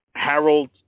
Harold